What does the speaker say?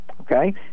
Okay